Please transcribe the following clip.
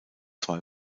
zwei